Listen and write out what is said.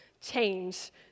change